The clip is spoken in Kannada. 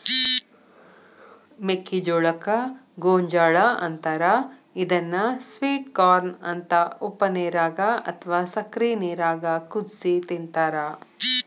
ಮೆಕ್ಕಿಜೋಳಕ್ಕ ಗೋಂಜಾಳ ಅಂತಾರ ಇದನ್ನ ಸ್ವೇಟ್ ಕಾರ್ನ ಅಂತ ಉಪ್ಪನೇರಾಗ ಅತ್ವಾ ಸಕ್ಕರಿ ನೇರಾಗ ಕುದಿಸಿ ತಿಂತಾರ